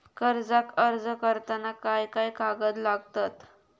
कर्जाक अर्ज करताना काय काय कागद लागतत?